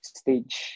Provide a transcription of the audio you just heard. stage